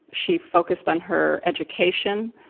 she focused on her education.